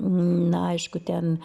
na aišku ten